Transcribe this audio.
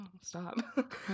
stop